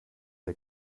der